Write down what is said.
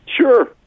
Sure